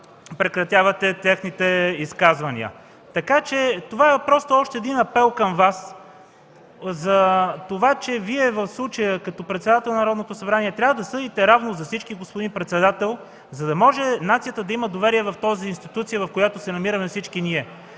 прекратявате техните изказвания. Това е просто още един апел към Вас, за това, че Вие в случая, като председател на Народното събрание, трябва да съдите равно за всички, господин председател, за да може нацията да има доверие в институцията, в която се намираме всички ние.